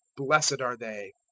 blessed are they.